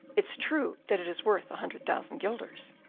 it's true that it is worth a hundred thousand guilders.